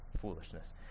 foolishness